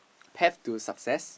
path to success